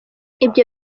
ibyo